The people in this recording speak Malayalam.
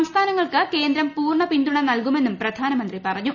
സംസ്ഥാനങ്ങൾക്ക് കേന്ദ്രം പൂർണ പിന്തുണ നൽകുമെന്നും പ്രധാനമന്ത്രി പറഞ്ഞു